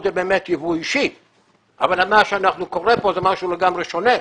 זה באמת יבוא אישי אבל מה שקורה כאן זה משהו לגמרי שונה.